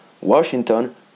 Washington